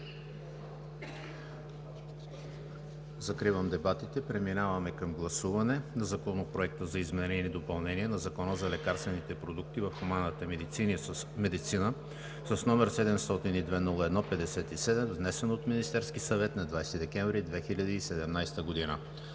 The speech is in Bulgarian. Закривам дебатите. Преминаваме към гласуване на Законопроект за изменение и допълнение на Закона за лекарствените продукти в хуманната медицина, с № 702-01-57, внесен от Министерския съвет на 20 декември 2017 г.